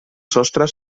sostres